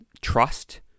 trust